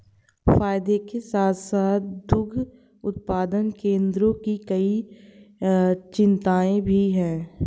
फायदे के साथ साथ दुग्ध उत्पादन केंद्रों की कई चिंताएं भी हैं